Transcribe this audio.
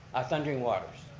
ah thundering waters.